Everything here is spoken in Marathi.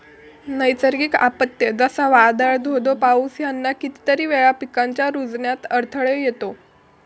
नैसर्गिक आपत्ते, जसा वादाळ, धो धो पाऊस ह्याना कितीतरी वेळा पिकांच्या रूजण्यात अडथळो येता